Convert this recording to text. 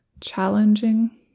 challenging